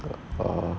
err